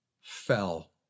fell